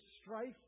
strife